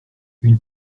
une